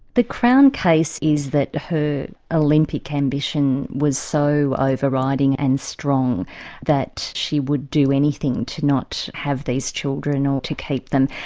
the crown case is that her ah olympic ambition was so over-riding and strong that she would do anything to not have these children or to keep them.